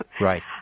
Right